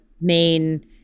main